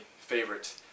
favorite